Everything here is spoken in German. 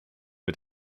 mit